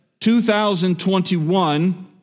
2021